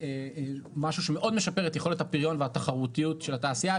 זה משהו שמאוד משפר את יכולת הפריון והתחרותיות של התעשייה.